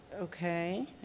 Okay